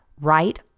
right